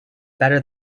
better